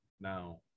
Now